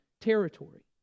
territory